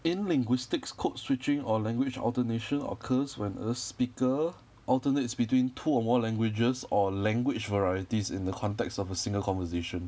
in linguistics code switching or language alternation occurs when a speaker alternates between two or more languages or language varieties in the context of a single conversation